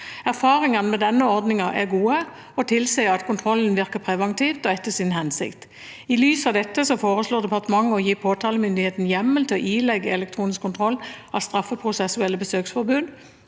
Erfaringene med denne ordningen er gode og tilsier at kontrollen virker preventivt og etter sin hensikt. I lys av dette foreslår departementet å gi påtalemyndigheten hjemmel til å ilegge elektronisk kontroll av straffeprosessuelle besøksforbud